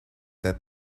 that